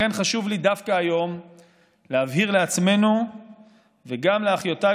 לכן חשוב לי דווקא היום להבהיר לעצמנו וגם לאחיותיי